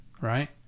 right